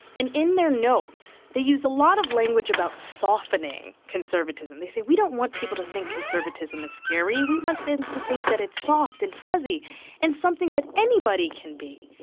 and in their notes they use a lot of language about softening conservatism. they say we don't want people to think conservatism is scary, we want them to think that it's soft and fuzzy and something that anybody can be.